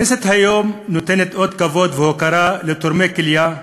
הכנסת היום נותנת אות כבוד והוקרה לתורמי כליה,